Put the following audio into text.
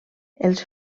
els